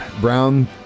Brown